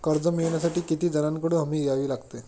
कर्ज मिळवण्यासाठी किती जणांकडून हमी द्यावी लागते?